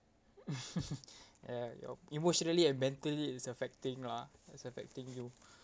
ya yup emotionally and mentally is affecting lah it's affecting you